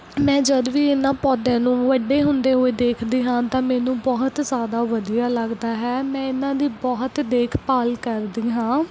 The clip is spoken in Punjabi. ਮੈਂ ਜਦੋਂ ਵੀ ਇਹਨਾਂ ਪੌਦਿਆਂ ਨੂੰ ਵੱਡੇ ਹੁੰਦੇ ਹੋਏ ਦੇਖਦੀ ਹਾਂ ਤਾਂ ਮੈਨੂੰ ਬਹੁਤ ਜ਼ਿਆਦਾ ਵਧੀਆ ਲੱਗਦਾ ਹੈ ਮੈਂ ਇਹਨਾਂ ਦੀ ਬਹੁਤ ਦੇਖਭਾਲ ਕਰਦੀ ਹਾਂ